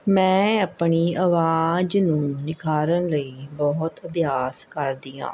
ਮੈਂ ਆਪਣੀ ਆਵਾਜ਼ ਨੂੰ ਨਿਖਾਰਨ ਲਈ ਬਹੁਤ ਅਭਿਆਸ ਕਰਦੀ ਹਾਂ